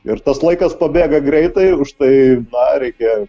ir tas laikas pabėga greitai užtai na reikia